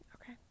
Okay